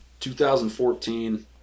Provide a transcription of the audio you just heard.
2014